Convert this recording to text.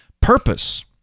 purpose